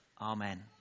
Amen